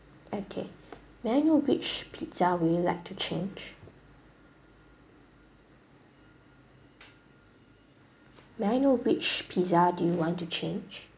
okay may I know which pizza would you like to change may I know which pizza do you want to change